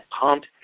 pumped